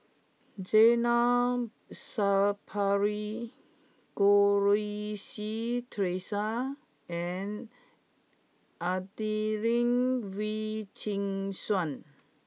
Zainal Sapari Goh Rui Si Theresa and Adelene Wee Chin Suan